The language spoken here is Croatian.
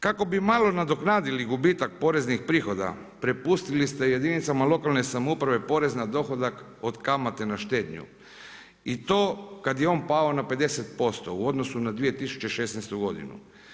Kako bi malo nadoknadili gubitak poreznih prihoda prepustili ste jedinicama lokalne samouprave porez na dohodak od kamate na štednju i to kad je on pao na 50% u odnosu na 2016. godinu.